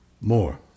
more